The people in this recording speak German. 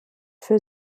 für